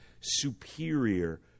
superior